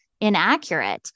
inaccurate